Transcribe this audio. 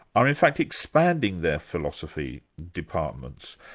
are in fact expanding their philosophy departments.